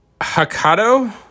Hakado